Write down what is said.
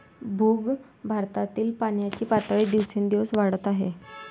भूगर्भातील पाण्याची पातळी दिवसेंदिवस वाढत आहे